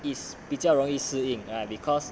is 比较容易适应 right because